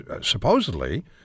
supposedly